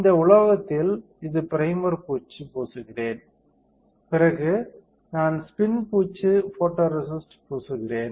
இந்த உலோகத்தில் இது ப்ரைமர் பூச்சு பூசுகிறேன் பிறகு நான் ஸ்பின் பூச்சு போட்டோரேசிஸ்ட் பூசுகிறேன்